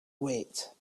wait